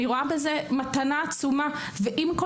אני רואה בזה מתנה עצומה,